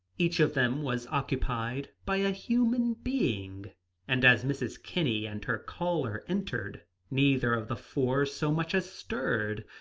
each of them was occupied by a human being and as mrs. kinney and her caller entered, neither of the four so much as stirred.